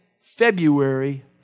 February